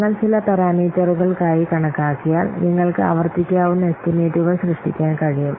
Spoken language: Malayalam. നിങ്ങൾ ചില പാരാമീറ്ററുകൾക്കായി കണക്കാക്കിയാൽ നിങ്ങൾക്ക് ആവർത്തിക്കാവുന്ന എസ്റ്റിമേറ്റുകൾ സൃഷ്ടിക്കാൻ കഴിയും